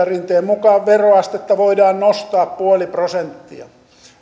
rinteen mukaan veroastetta voidaan nostaa puoli prosenttia